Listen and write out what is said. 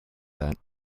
that